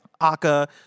aka